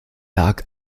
lag